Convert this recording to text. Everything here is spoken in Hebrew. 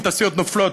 ותעשיות נופלות,